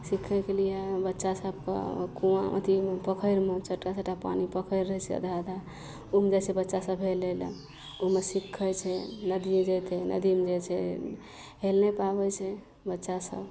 सिखयके लिये बच्चा सभके कुआँ अथी पोखरिमे छोटा छोटा पानि पोखरि रहय छै अधहा अधहा उमऽ जाइ छै बच्चा सभ हेलय लए उमऽ सिखय छै नदीमे जेतय नदीमे जाइ छै हेल नहि पाबय छै बच्चा सभ